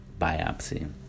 biopsy